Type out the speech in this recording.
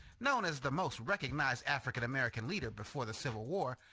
known as the most recognized african american leader before the civil war,